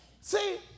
See